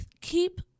keep